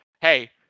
hey